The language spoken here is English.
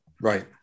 Right